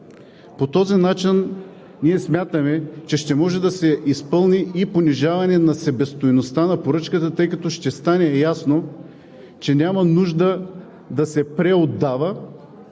по този начин ще може да се изпълни и понижаването на себестойността на поръчката, тъй като ще стане ясно, че няма нужда да се преотдава,